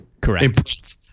Correct